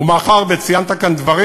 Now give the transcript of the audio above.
ומאחר שציינת כאן דברים,